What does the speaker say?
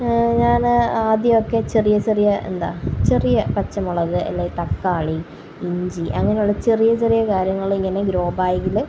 ഞാന് ആദ്യമൊക്കെ ചെറിയ ചെറിയ എന്താ ചെറിയ പച്ചമുളക് അല്ലേല് തക്കാളി ഇഞ്ചി അങ്ങനെയുള്ള ചെറിയ ചെറിയ കാര്യങ്ങള് ഇങ്ങനെ ഗ്രോ ബാഗില്